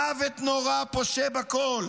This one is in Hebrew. של מוות נורא פושה בכול.